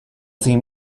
seem